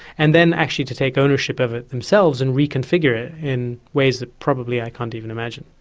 and then actually to take ownership of it themselves and reconfigure it in ways that probably i can't even imagine.